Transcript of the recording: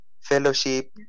fellowship